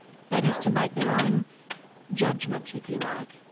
that is to make their own judgment, if you like,